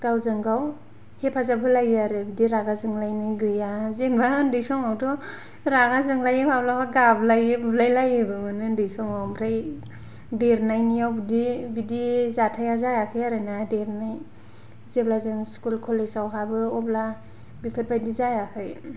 गावजों गाव हेफाजाब होलायो आरो बिदि रागा जोंलायनाय गैया जेनेबा उन्दै समावथ' रागा जोंलायो माब्लाबा गाबलायो बुलायलायोबोमोन उन्दै समाव ओमफ्राय देरनायनिआव बिदि बिदि जाथाया जायाखै आरोना देरनाय जेब्ला जों स्कुल कलेजाव हाबो अब्ला बेफोरबायदि जायाखै